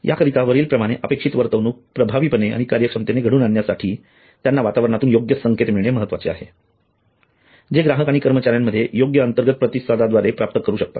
याकरिता वरील प्रमाणे अपेक्षित वर्तवणूक प्रभावीपणे आणि कार्यक्षमतेने घडू शकण्यासाठी त्यांना वातावरणातून योग्य संकेत मिळणे महत्वाचे आहे जे ग्राहक आणि कर्मचाऱ्यांमध्ये योग्य अंतर्गत प्रतिसादाद्वारे प्राप्त करू शकतात